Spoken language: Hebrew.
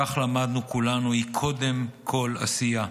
כך למדנו כולנו, היא קודם כול עשייה.